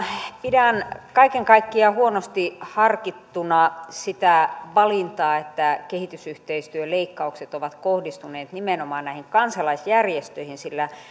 pidän kaiken kaikkiaan huonosti harkittuna sitä valintaa että kehitysyhteistyöleikkaukset ovat kohdistuneet nimenomaan kansalaisjärjestöihin sillä